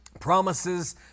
Promises